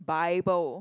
bible